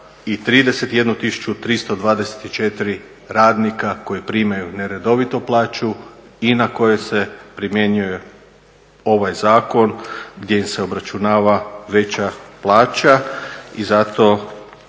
324 radnika koji primaju neredovito plaću i na koje se primjenjuje ovaj zakon gdje im se obračunava veća plaća i zato